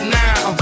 now